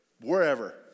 wherever